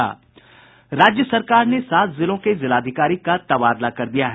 राज्य सरकार ने सात जिलों के जिलाधिकारी का तबादला कर दिया है